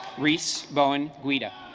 reese bowen guida